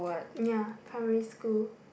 ya primary school